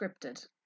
scripted